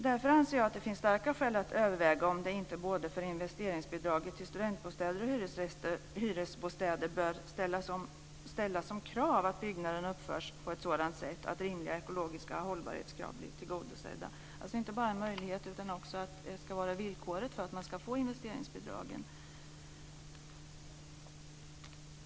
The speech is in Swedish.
Därför anser jag att det finns starka skäl att överväga om det inte för investeringsbidraget till både studentbostäder och hyresbostäder bör ställas som krav att byggnaderna uppförs på ett sådant sätt att rimliga ekologiska hållbarhetskrav blir tillgodosedda, dvs. att detta inte bara är en möjlighet utan också villkoret för att man ska få investeringsbidragen.